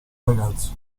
ragazzo